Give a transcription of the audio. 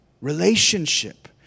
Relationship